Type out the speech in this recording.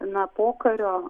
na pokario